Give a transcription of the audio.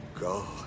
God